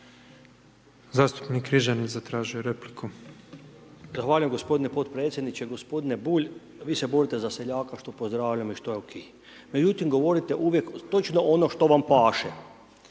**Križanić, Josip (HDZ)** Zahvaljujem gospodine potpredsjedniče. Gospodine Bulj, vi se borite za seljaka, što pozdravljam i što je ok, međutim govorite uvijek točno ono što vam paše.